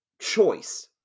choice